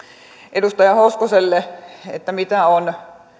edustaja hoskoselle siitä mitä on